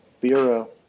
Bureau